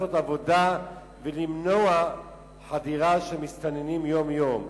לעשות עבודה ולמנוע חדירה של מסתננים יום-יום.